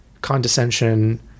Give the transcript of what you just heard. Condescension